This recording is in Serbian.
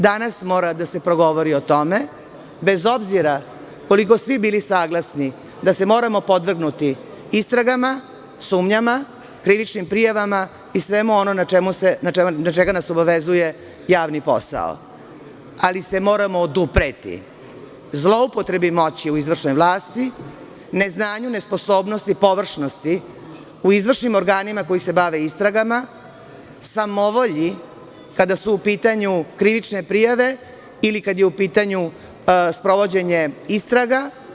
Danas mora da se progovori o tome, bez obzira koliko svi bili saglasni da se moramo podvrgnuti istragama, sumnjama, krivičnim prijavama i sve ono na šta nas obavezuje javni posao, ali se moramo odupreti zloupotrebi moći u izvršnoj vlasti, ne znanju, nesposobnosti, površnosti u izvršnim organima koji se bave istragama, samovolji kada su u pitanju krivične prijave ili kada je u pitanju sprovođenje istraga.